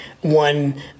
one